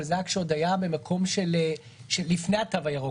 אבל זה היה לפני התו הירוק.